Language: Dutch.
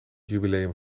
jubileum